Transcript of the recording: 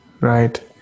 Right